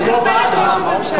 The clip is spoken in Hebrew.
למה אתה מטרפד את ראש הממשלה?